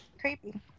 creepy